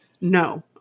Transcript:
No